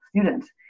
students